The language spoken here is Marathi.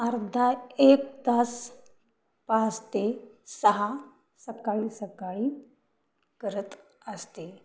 अर्धा एक तास पाच ते सहा सकाळी सकाळी करत असते